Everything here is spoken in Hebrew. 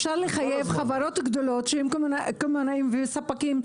אפשר לחייב חברות גדולות שהם קמעונאים וספקים,